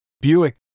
Buick